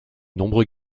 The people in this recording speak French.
nombreux